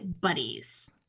buddies